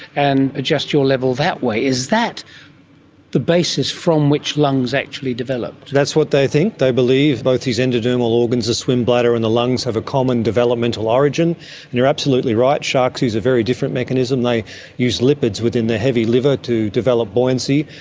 and adjust your level that way. is that the basis from which lungs actually developed? that's what they think. they believe both these endodermal organs, the swim bladder and the lungs, have a common developmental origin. and you're absolutely right, sharks use a very different mechanism, they use lipids within their heavy liver to develop buoyancy,